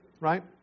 right